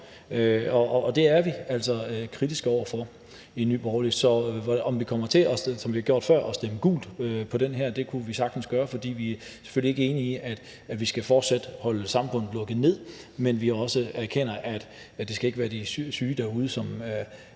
det er vi altså kritiske over for i Nye Borgerlige. Så at vi, som vi har gjort før, kommer til at stemme gult til det her, kunne sagtens være, fordi vi selvfølgelig ikke er enige i, at man fortsat skal holde samfundet lukket ned, men vi erkender også, at det ikke skal være de syge derude, som